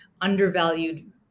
undervalued